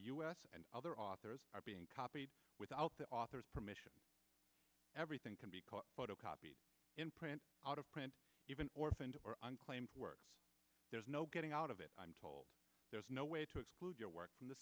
us and other authors are being copied without the author's permission everything can be called photocopies in print out of print even orphaned or unclaimed works there's no getting out of it i'm told there's no way to exclude your work from the